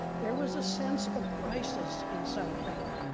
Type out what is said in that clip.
there was a sense of crisis in south bend.